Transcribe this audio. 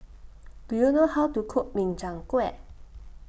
Do YOU know How to Cook Min Chiang Kueh